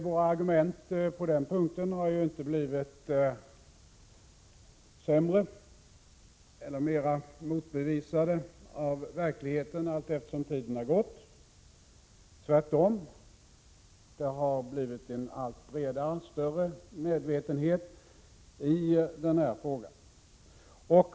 Våra argument på den punkten har inte blivit sämre eller blivit motbevisade av verkligheten allteftersom tiden har gått — tvärtom. Det har blivit en allt större medvetenhet i den här frågan.